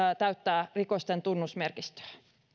täyttää rikosten tunnusmerkistöä